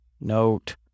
note